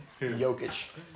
Jokic